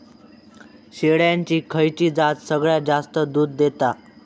शेळ्यांची खयची जात सगळ्यात जास्त दूध देता?